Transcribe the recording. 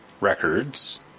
Records